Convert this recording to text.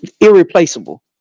irreplaceable